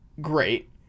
great